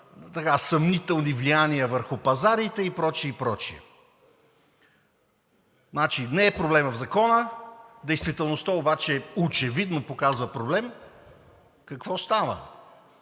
съмнителни влияния върху пазарите и прочее, и прочее. Значи не е проблемът в Закона, действителността обаче очевидно показва проблем. Какво става?